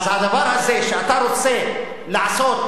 אז הדבר הזה שאתה רוצה לעשות,